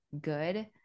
good